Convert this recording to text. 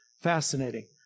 fascinating